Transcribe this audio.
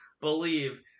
believe